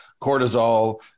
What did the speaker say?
cortisol